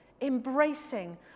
embracing